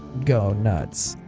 go nuts.